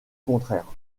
contraire